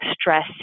stress